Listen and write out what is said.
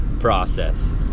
process